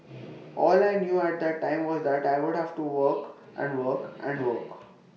all I knew at that time was that I would have to work and work and work